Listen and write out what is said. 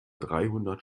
dreihundert